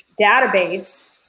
database